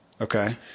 Okay